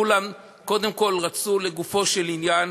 כולם קודם כול רצו לגופו של עניין,